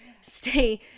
stay